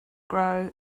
grow